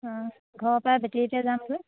অঁ ঘৰৰপৰাই বেটেৰীতে যামগৈ